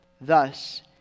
Thus